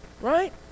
right